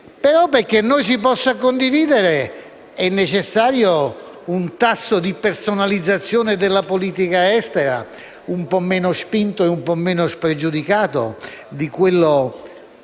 però, affinché si possa condividere, è necessario un tasso di personalizzazione della politica estera un po' meno spinto e un po' meno spregiudicato di quello